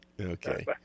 Okay